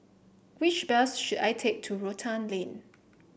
which bus should I take to Rotan Lane